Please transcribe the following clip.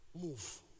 Move